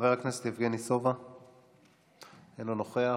חבר הכנסת יבגני סובה, אינו נוכח,